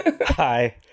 Hi